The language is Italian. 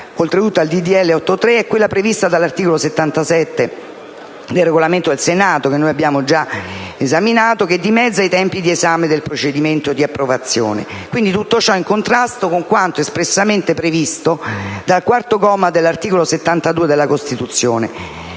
legge n. 813 è quella prevista dall'articolo 77 del Regolamento del Senato, che dimezza i tempi di esame del procedimento di approvazione. Tutto ciò in contrasto con quanto espressamente previsto dal quarto comma dell'articolo 72 della Costituzione